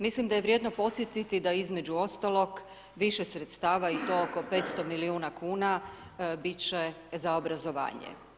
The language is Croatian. Mislim da je vrijedno podsjetiti da je između ostalog više sredstava i to oko 500 milijuna kn, biti će za obrazovanje.